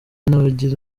nabagira